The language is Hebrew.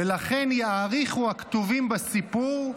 ולכן יאריכו הכתובים בסיפור,